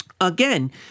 again –